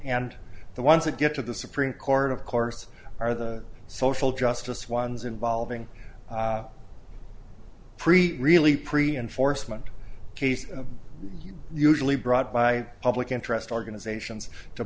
and the ones that get to the supreme court of course are the social justice ones involving really pre enforcement case usually brought by public interest organizations to